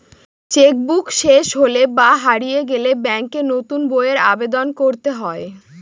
check book শেষ হলে বা হারিয়ে গেলে ব্যাঙ্কে নতুন বইয়ের আবেদন করতে হয়